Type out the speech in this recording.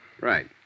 Right